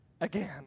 again